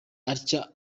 atya